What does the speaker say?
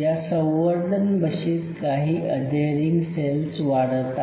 या संवर्धन बशीत काही अधेरिंग सेल्स वाढत आहेत